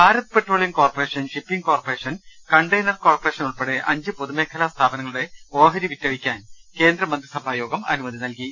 Bharat petroleum corporation shipping corporation container corporation ഉൾപ്പെടെ അഞ്ച് പൊതുമേഖലാ സ്ഥാപനങ്ങളുടെ ഓഹരികൾ വിറ്റഴിക്കാൻ കേന്ദ്ര മന്ത്രിസഭായോഗം അനുമതി നൽകി